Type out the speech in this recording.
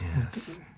yes